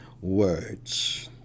words